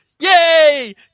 Yay